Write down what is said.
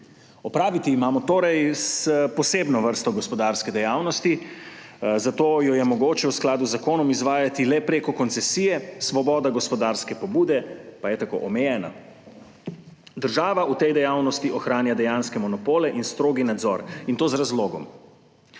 Opraviti imamo torej s posebno vrsto gospodarske dejavnosti, zato jo je mogoče v skladu z zakonom izvajati le preko koncesije, svoboda gospodarske pobude pa je tako omejena. Država v tej dejavnosti ohranja dejanske monopole in strogi nadzor, in to z razlogom.